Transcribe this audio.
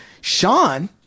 Sean